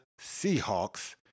Seahawks